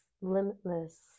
limitless